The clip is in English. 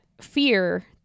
fear